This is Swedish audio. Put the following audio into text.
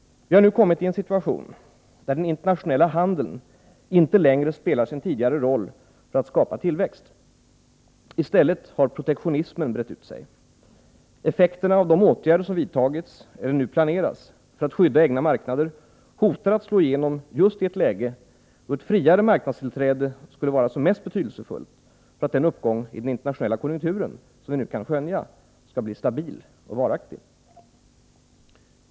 Vi har nu kommit i en situation där den internationella handeln inte längre spelar sin tidigare roll för att skapa tillväxt. I stället har protektionismen brett utsig. Effekterna av de åtgärder som vidtagits eller nu planeras för att skydda egna marknader hotar att slå igenom just i ett läge då ett friare marknadstillträde skulle vara som mest betydelsefullt för att den uppgång i den internationella konjunkturen som nu kan skönjas skall bli stabil och varaktig.